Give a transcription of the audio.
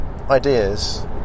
Ideas